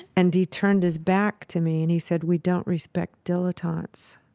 and he turned his back to me and he said we don't respect dilettantes.